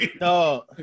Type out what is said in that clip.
No